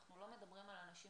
אנחנו לא מדברים על אנשים